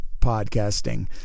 podcasting